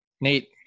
Nate